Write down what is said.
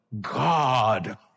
God